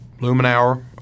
Lumenauer